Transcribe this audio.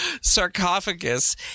sarcophagus